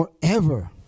forever